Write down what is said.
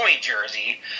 jersey